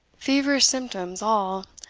feverish symptoms all,